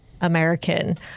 American